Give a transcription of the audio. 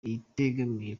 itegamiye